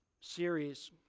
series